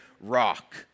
rock